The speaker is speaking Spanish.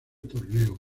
torneo